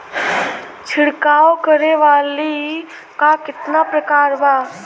छिड़काव करे वाली क कितना प्रकार बा?